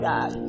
God